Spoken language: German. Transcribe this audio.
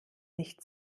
nicht